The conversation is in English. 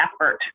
effort